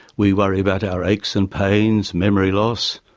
we worry about our aches and pains, memory loss,